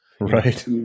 Right